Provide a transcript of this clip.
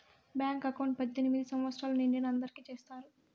bank account పద్దెనిమిది సంవచ్చరాలు నిండిన అందరికి చేత్తారు